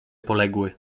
poległy